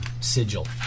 sigil